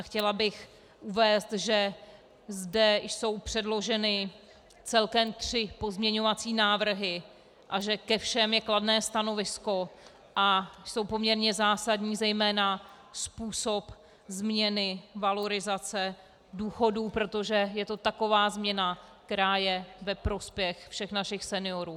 Chtěla bych uvést, že zde jsou předloženy celkem tři pozměňovací návrhy a že ke všem je kladné stanovisko a jsou poměrně zásadní, zejména způsob změny valorizace důchodů, protože je to taková změna, která je ve prospěch všech našich seniorů.